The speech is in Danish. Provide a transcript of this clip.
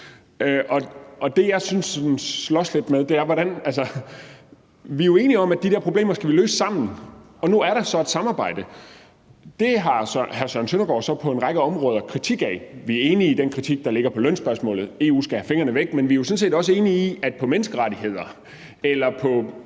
vi er jo enige om, at de der problemer skal vi løse sammen, og nu er der så et samarbejde. Det har hr. Søren Søndergaard så på en række områder kritik af. Vi er enige i den kritik, der handler om lønspørgsmålet – EU skal have fingrene væk – men vi er jo sådan set også enige om, at det på menneskerettighedsområdet eller på